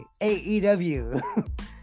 AEW